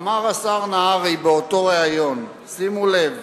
אמר השר נהרי באותו ריאיון, שימו לב: